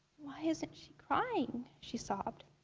why isn't she crying? she sobbed.